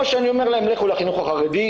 או שאני אומר להם לכו לחינוך החרדי,